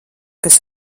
kas